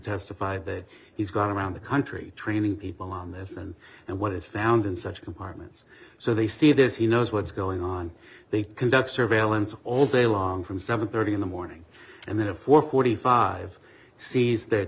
testified that he's going around the country training people on this and and what is found in such compartments so they see this he knows what's going on they conduct surveillance all day long from seven thirty in the morning and therefore forty five sees th